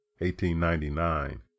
1899